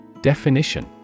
Definition